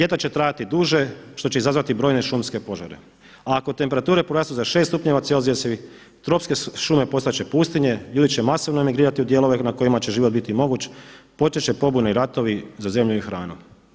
Ljeta će trajati duže što će izazvati brojne šumske požare a ako temperature porastu za 6̊C tropske šume postati će pustinje, ljudi će masovno emigrirati u dijelove na kojima će život biti moguć, početi će pobune i ratovi za zemlju i hranu.